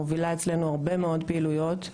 שמובילה אצלנו הרבה מאוד פעילויות.